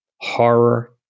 horror